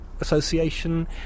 association